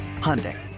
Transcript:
Hyundai